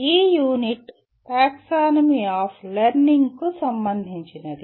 ఈ unit taxonomy of లెర్నింగ్కు సంబంధించినది